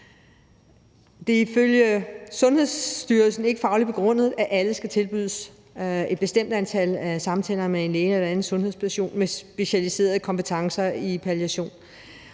Det er ifølge Sundhedsstyrelsen ikke fagligt begrundet, at alle skal tilbydes et bestemt antal samtaler med en læge eller en anden sundhedsperson med specialiserede kompetencer i palliation.